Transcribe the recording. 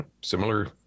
similar